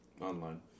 Online